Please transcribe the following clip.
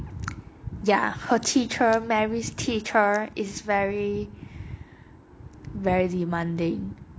ya her teacher mary's teacher is very very demanding